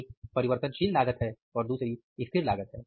एक परिवर्तनशील लागत है और दूसरी स्थिर लागत है